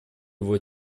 вот